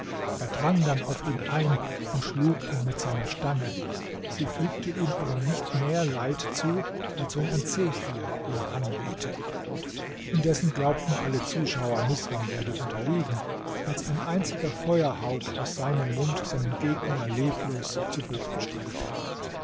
er drang dann auf ihn ein und schlug ihn mit seiner stange sie fügte ihm aber nicht mehr leid zu als wenn ein zephyr ihn anwehte indessen glaubten alle zuschauer misram werde unterliegen als ein einziger feuerhauch aus seinem mund seinen gegner leblos zu boden streckte